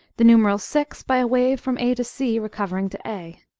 the numeral six by a wave from a to c, recovering to a.